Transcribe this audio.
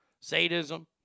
sadism